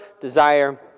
desire